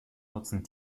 nutzen